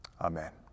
Amen